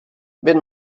wenn